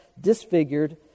disfigured